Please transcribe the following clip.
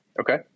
Okay